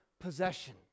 possession